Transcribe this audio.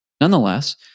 Nonetheless